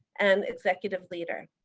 and executive leader.